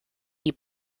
die